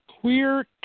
Queer